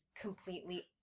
completely